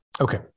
Okay